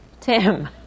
Tim